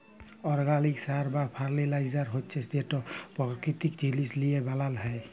organic সার বা fertiliser হছে যেট পাকিতিক জিলিস লিঁয়ে বালাল হ্যয়